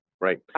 right